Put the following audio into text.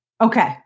Okay